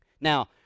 Now